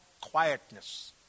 quietness